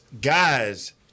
guys